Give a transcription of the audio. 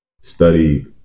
study